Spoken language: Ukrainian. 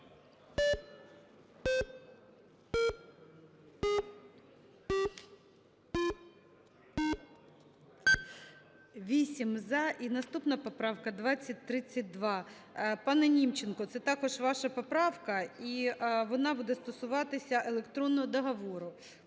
За-8 І наступна поправка – 2032. Пане Німченко, це також ваша поправка, і вона буде стосуватися електронного договору.